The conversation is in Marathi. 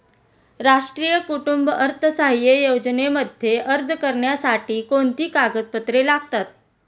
राष्ट्रीय कुटुंब अर्थसहाय्य योजनेमध्ये अर्ज करण्यासाठी कोणती कागदपत्रे लागतात?